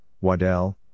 Waddell